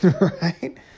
right